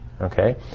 okay